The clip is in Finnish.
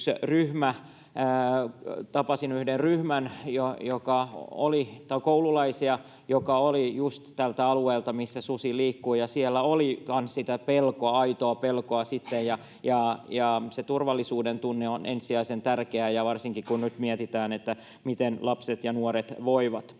tapasin yhden ryhmän koululaisia, jotka olivat juuri tältä alueelta, missä susi liikkuu, ja siellä oli kanssa sitä pelkoa, aitoa pelkoa. Turvallisuudentunne on ensisijaisen tärkeää, varsinkin kun nyt mietitään, miten lapset ja nuoret voivat.